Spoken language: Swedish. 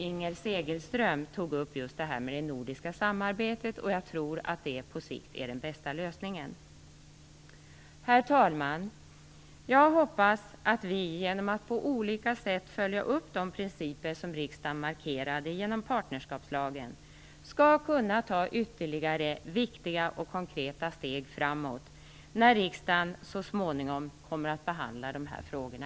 Inger Segelström tog också upp just frågan om det nordiska samarbetet. Jag tror att det på sikt är den bästa lösningen. Herr talman! Jag hoppas att vi, genom att på olika sätt följa upp de principer som riksdagen markerade genom partnerskapslagen, skall kunna ta ytterligare viktiga och konkreta steg framåt när riksdagen så småningom återigen behandlar de här frågorna.